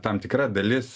tam tikra dalis